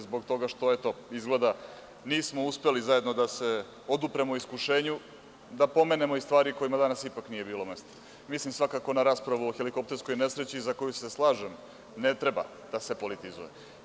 Zbog toga što, eto, izgleda nismo uspeli zajedno da se odupremo iskušenju da pomenemo i stvari kojima danas ipak nije bilo mesta, a tu mislim svakako na raspravu o helikopterskoj nesreći za koju se slažem, ne treba da se politizuje.